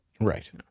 Right